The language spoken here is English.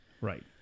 Right